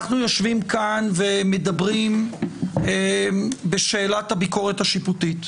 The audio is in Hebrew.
אנחנו יושבים כאן ומדברים בשאלת הביקורת השיפוטית,